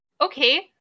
Okay